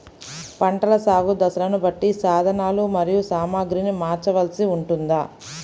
పంటల సాగు దశలను బట్టి సాధనలు మరియు సామాగ్రిని మార్చవలసి ఉంటుందా?